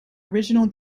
original